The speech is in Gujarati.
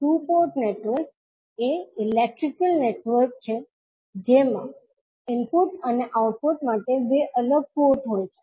ટુ પોર્ટ નેટવર્ક એ ઇલેક્ટ્રિકલ નેટવર્ક છે જેમાં ઇનપુટ અને આઉટપુટ માટે બે અલગ પોર્ટ હોય છે